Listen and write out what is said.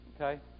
Okay